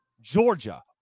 Georgia